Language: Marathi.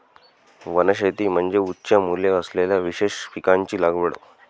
वनशेती म्हणजे उच्च मूल्य असलेल्या विशेष पिकांची लागवड